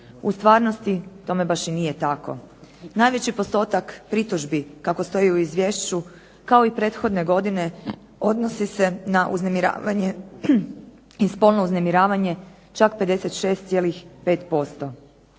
u stvarnosti tome baš i nije tako. Najveći postotak pritužbi, kako stoji u izvješću, kao i prethodne godine odnosi se na uznemiravanje i spolno